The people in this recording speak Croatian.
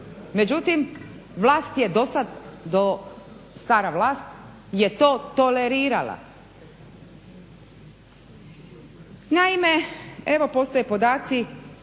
Međutim, vlast je do sad do, stara vlast je to tolerirala. Naime, evo postoje podaci